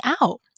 out